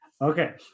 Okay